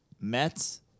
Mets